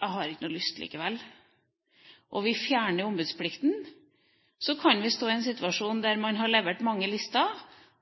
jeg har ikke noe lyst likevel, og vi fjerner ombudsplikten, kan man stå i en situasjon der man har levert mange lister,